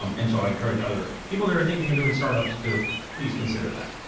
um and so i encourage other people that are thinking doing startups to please consider that.